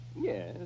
Yes